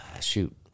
Shoot